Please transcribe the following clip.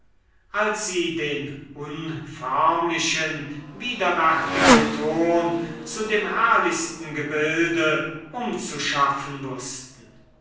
als sie den unförmlichen widerwärtigen ton zu dem herrlichsten gebilde umzuschaffen wußten